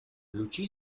luči